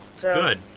Good